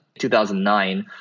2009